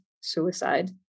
suicide